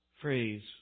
phrase